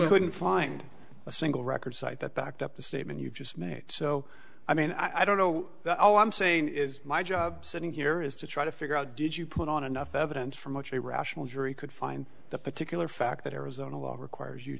couldn't find a single record cite that backed up the statement you've just made so i mean i don't know all i'm saying is my job sitting here is to try to figure out did you put on enough evidence for much a rational jury could find that particular fact that arizona law requires you